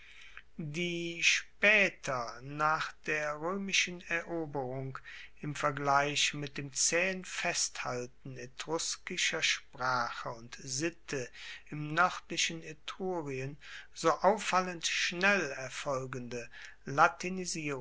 die spaeter nach der roemischen eroberung im vergleich mit dem zaehen festhalten etruskischer sprache und sitte im noerdlichen etrurien so auffallend schnell erfolgende